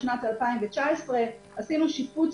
בשנת 2019. עשינו שיפוץ